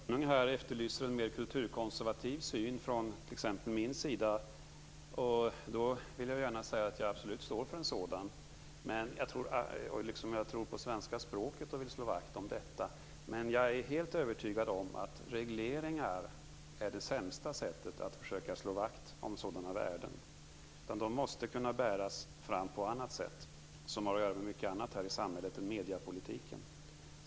Herr talman! Catarina Rönnung efterlyser en mer kulturkonservativ syn från t.ex. min sida. Jag står absolut för en sådan liksom jag tror på det svenska språket, och vill slå vakt om det. Men jag är helt övertygad om att regleringar är det sämsta sättet att försöka slå vakt om sådana värden. De måste kunna bäras fram på annat sätt, som har att göra med så mycket annat här i samhället än mediepolitiken.